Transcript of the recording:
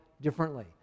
differently